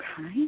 Okay